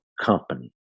company